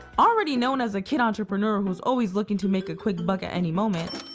already known as a kid entrepreneur who is always looking to make a quick buck at any moment,